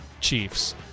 Chiefs